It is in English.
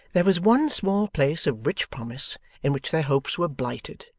there was one small place of rich promise in which their hopes were blighted,